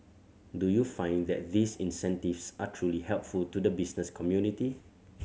do you find that these incentives are truly helpful to the business community